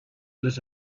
lit